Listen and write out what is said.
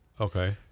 okay